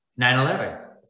9-11